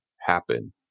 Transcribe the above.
happen